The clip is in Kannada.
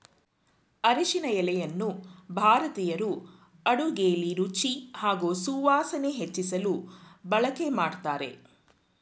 ಅರಿಶಿನ ಎಲೆಯನ್ನು ಭಾರತೀಯರು ಅಡುಗೆಲಿ ರುಚಿ ಹಾಗೂ ಸುವಾಸನೆ ಹೆಚ್ಚಿಸಲು ಬಳಕೆ ಮಾಡ್ತಾರೆ